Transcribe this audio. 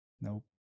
Nope